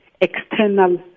external